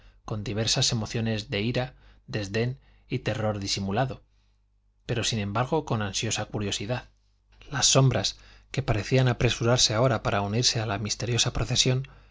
con diversas emociones de ira desdén y terror disimulado pero sin embargo con ansiosa curiosidad las sombras que parecían apresurarse ahora para unirse a la misteriosa procesión